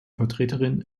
vertreterin